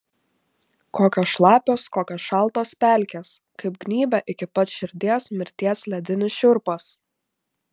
kokios šlapios kokios šaltos pelkės kaip gnybia iki pat širdies mirties ledinis šiurpas